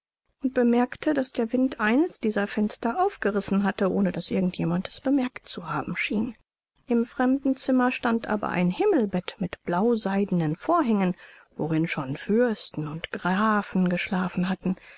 und bemerkte daß der wind eines dieser fenster aufgerissen hatte ohne daß irgend jemand es bemerkt zu haben schien im fremdenzimmer stand aber ein himmelbett mit blauseidenen vorhängen worin schon fürsten und grafen geschlafen hatten